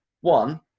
one